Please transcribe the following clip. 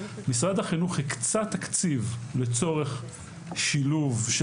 משרד החינוך הקצה תקציב לצורך שילוב של